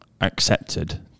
accepted